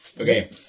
Okay